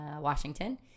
washington